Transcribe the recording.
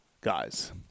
guys